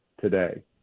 today